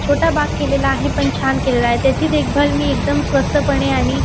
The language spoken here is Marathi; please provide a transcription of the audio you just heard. छोटा बाग केलेला आहे पण छान केलेला आहे त्याची देखभाल मी एकदम स्वस्तपणे आणि